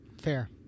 Fair